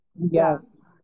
Yes